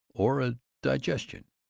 or a digestion.